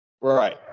right